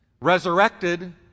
Resurrected